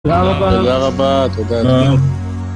תודה רבה. תודה רבה, תודה.